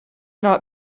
not